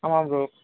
ஆமாம் ப்ரோ